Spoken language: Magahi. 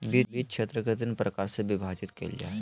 वित्त के क्षेत्र तीन प्रकार से विभाजित कइल जा हइ